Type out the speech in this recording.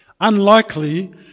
Unlikely